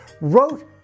wrote